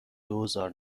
دوزار